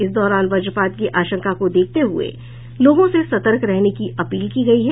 इस दौरान वज्रपात की आशंका को देखते हुये लोगों से सतर्क रहने की अपील की गयी है